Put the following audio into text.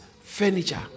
furniture